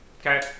Okay